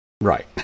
right